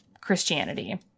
Christianity